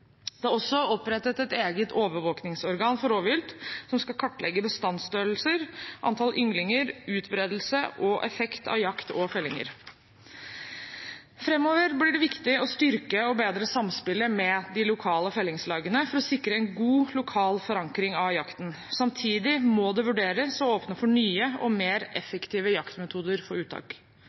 Det er også opprettet et eget overvåkingsorgan for rovvilt, som skal kartlegge bestandsstørrelser, antall ynglinger, utbredelse og effekt av jakt og fellinger. Framover blir det viktig å styrke og bedre samspillet med de lokale fellingslagene for å sikre en god lokal forankring av jakten. Samtidig må det vurderes å åpne for nye og mer effektive jaktmetoder for uttak.